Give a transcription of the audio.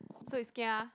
so is kia